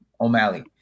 O'Malley